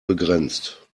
begrenzt